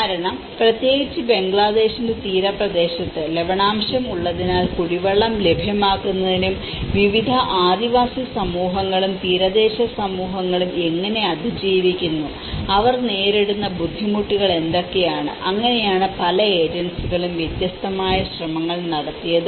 കാരണം പ്രത്യേകിച്ച് ബംഗ്ലാദേശിന്റെ തീരപ്രദേശത്ത് ലവണാംശം ഉള്ളതിനാൽ കുടിവെള്ളം ലഭ്യമാക്കുന്നതിനും വിവിധ ആദിവാസി സമൂഹങ്ങളും തീരദേശ സമൂഹങ്ങളും എങ്ങനെ അതിജീവിക്കുന്നു അവർ നേരിടുന്ന ബുദ്ധിമുട്ടുകൾ എന്തൊക്കെയാണ് അങ്ങനെയാണ് പല ഏജൻസികളും വ്യത്യസ്തമായ ശ്രമങ്ങളും നടത്തിയത്